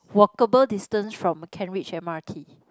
walkable distance from Kent-Ridge m_r_t